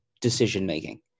decision-making